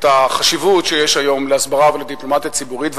החשיבות שיש היום להסברה ולדיפלומטיה ציבורית.